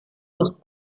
los